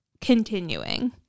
continuing